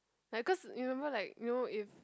like cause you remember like you know if